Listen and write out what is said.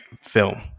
film